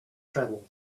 travel